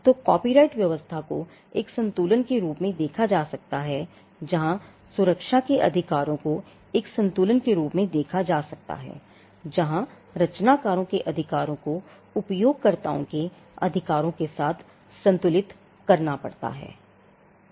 तो कॉपीराइट व्यवस्था को एक संतुलन के रूप में देखा जा सकता है जहाँ सुरक्षा के अधिकारों को एक संतुलन के रूप में देखा जा सकता है जहाँ रचनाकारों के अधिकारों को उपयोगकर्ताओं के अधिकारों के साथ संतुलित करना पड़ता है